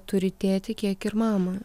turi tėtį kiek ir mamą